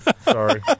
Sorry